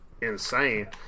insane